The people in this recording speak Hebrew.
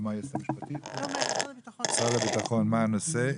מה הנושא.